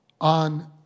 on